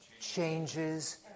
changes